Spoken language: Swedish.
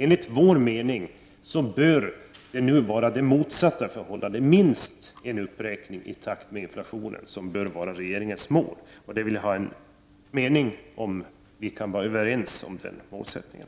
Enligt vår mening måste det nu bli en uppräkning minst i takt med inflationen. Detta bör vara regeringens mål. Jag skulle vilja veta om vi kan vara överens om den målsättningen.